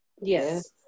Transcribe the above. Yes